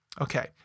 Okay